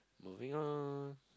moving on